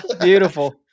Beautiful